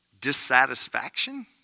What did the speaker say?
dissatisfaction